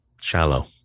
Shallow